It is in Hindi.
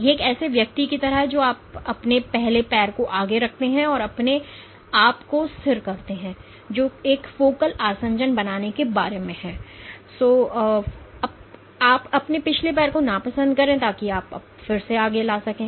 यह एक ऐसे व्यक्ति की तरह है जो आप अपने पहले पैर को आगे रखते हैं आप अपने आप को स्थिर करते हैं जो एक फोकल आसंजन बनाने के बराबर है और आप अपने पिछले पैर को नापसंद करते हैं ताकि आप फिर से इसे आगे ला सकें